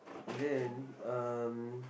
and then um